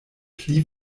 pli